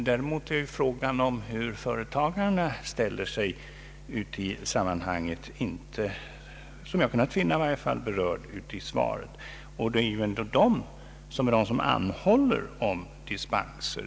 Däremot är ju frågan om hur företagarna ställer sig i sam manhanget inte i varje fall vad jag kunnat finna — berörd i svaret, och det är ändå de som anhåller om dispenser.